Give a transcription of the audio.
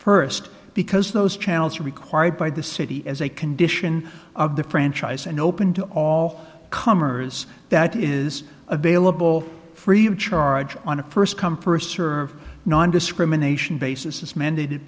first because those channels are required by the city as a condition of the franchise and open to all comers that is available free of charge on a first come first serve nondiscrimination basis is mandated